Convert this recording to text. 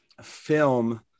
film